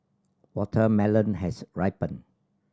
watermelon has ripened